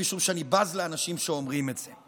משום שאני בז לאנשים שאומרים את זה.